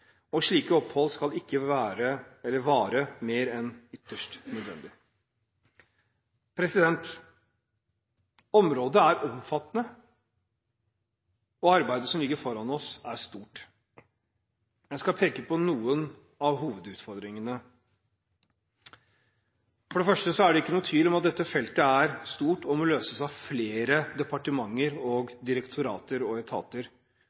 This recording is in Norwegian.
og slike opphold skal ikke vare lenger enn ytterst nødvendig. Området er omfattende, og arbeidet som ligger foran oss, er stort. Jeg skal peke på noen av hovedutfordringene: Det er ikke noen tvil om at dette feltet er stort og må løses av flere departementer, direktorater og etater.